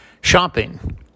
shopping